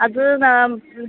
അത്